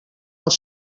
els